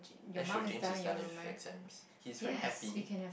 that shows James is done with exams he's very happy